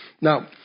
Now